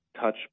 touch